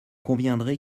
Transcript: conviendrez